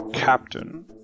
captain